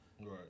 Right